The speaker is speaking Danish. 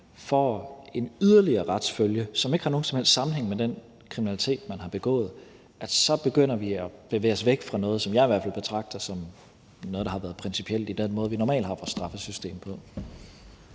får en yderligere retsfølge, som ikke har nogen som helst sammenhæng med den kriminalitet, man har begået, så begynder vi at bevæge os væk fra noget, som jeg i hvert fald betragter som noget, der har været principielt i den måde, vi normalt har haft vores straffesystem på.